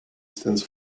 stands